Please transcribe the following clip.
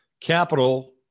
capital